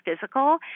physical